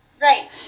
Right